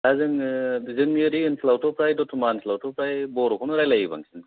दा जोङो जोंनि ओरै ओनसोलावथ' फ्राय दत'मा ओनसोलावथ' फ्राय बर'खौनो रायलायो बांसिन